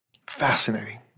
Fascinating